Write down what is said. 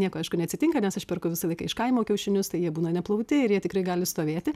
nieko aišku neatsitinka nes aš perku visą laiką iš kaimo kiaušinius tai jie būna neplauti ir jie tikrai gali stovėti